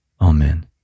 Amen